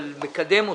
אבל מקדם אותה.